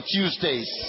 Tuesdays